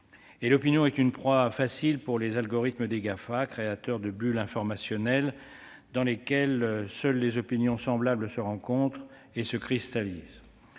en effet, est une proie facile pour les algorithmes des géants du web, les Gafam, créateurs de bulles informationnelles dans lesquelles seules les opinions semblables se rencontrent et se cristallisent.